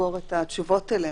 לסגור את התשובות עליהן.